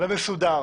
ומסודר